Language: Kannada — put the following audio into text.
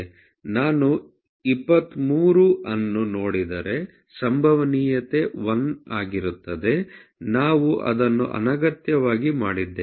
ನಾನು 23 ಅನ್ನು ನೋಡಿದರೆ ಸಂಭವನೀಯತೆ 1 ಆಗಿರುತ್ತದೆ ನಾವು ಅದನ್ನು ಅನಗತ್ಯವಾಗಿ ಮಾಡಿದ್ದೇವೆ